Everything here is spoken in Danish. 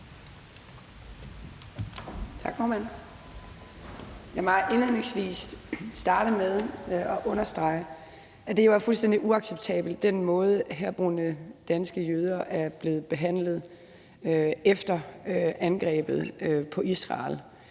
Tak, formand. Lad mig indledningsvis starte med at understrege, at den måde, herboende danske jøder er blevet behandlet på efter angrebet på Israel,